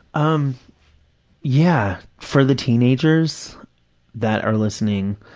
um yeah. for the teenagers that are listening,